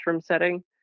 setting